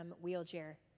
wheelchair